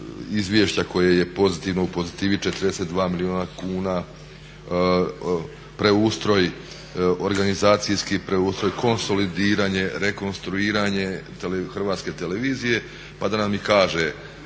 izvješća koje je pozitivno u pozitivi 42 milijuna kuna, preustroj organizacijski, preustroj, konsolidiranje, rekonstruiranje Hrvatske televizije pa da nam i kaže